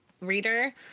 reader